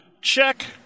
Check